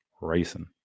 racing